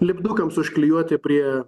lipdukams užklijuoti prie